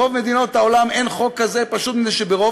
ברוב מדינות העולם אין חוק כזה פשוט מפני שברוב